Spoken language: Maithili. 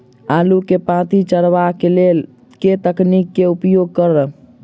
आलु केँ पांति चरावह केँ लेल केँ तकनीक केँ उपयोग करऽ?